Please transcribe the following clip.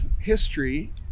history